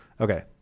okay